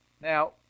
Now